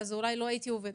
אולי לא הייתי עובדת.